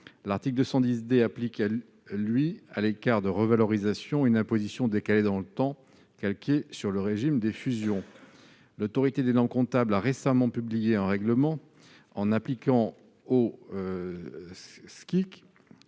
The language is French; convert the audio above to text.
L'article 210 D, quant à lui, applique à l'écart de revalorisation une imposition décalée dans le temps, calquée sur le régime des fusions. L'Autorité des normes comptables a récemment publié un règlement appliquant aux SCIC